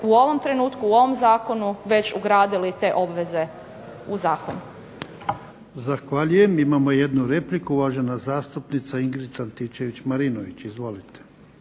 u ovom trenutku, u ovom zakonu već ugradili te obveze u zakon.